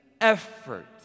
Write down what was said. effort